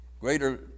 Greater